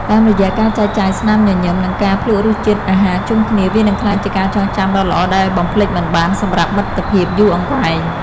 តាមរយៈការចែកចាយស្នាមញញឹម និងការភ្លក្សរសជាតិអាហារជុំគ្នា វានឹងក្លាយជាការចងចាំដ៏ល្អដែលបំភ្លេចមិនបានសម្រាប់មិត្តភាពយូរអង្វែង។